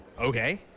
Okay